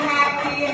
happy